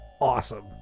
awesome